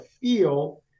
feel